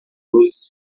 luzes